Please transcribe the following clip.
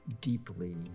deeply